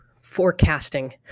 forecasting